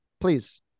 please